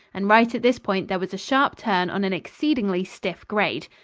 and right at this point there was a sharp turn on an exceedingly stiff grade.